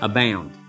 Abound